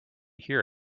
hear